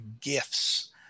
gifts